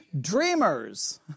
dreamers